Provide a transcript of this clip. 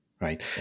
right